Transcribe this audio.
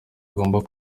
agomba